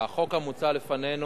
החוק המוצע לפנינו,